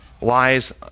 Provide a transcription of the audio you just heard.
Lies